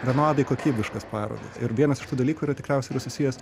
vienodai kokybiškas parodas ir vienas iš tų dalykųyra tikriausiai susijęs